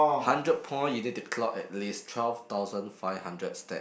hundred point you need to clock at least twelve thousand five hundred step